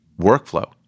workflow